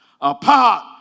apart